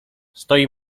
stoi